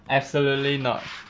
absolutely not